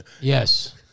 yes